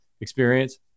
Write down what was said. experience